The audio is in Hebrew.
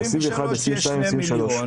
ב-2021, 2022 ו-2023.